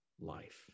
life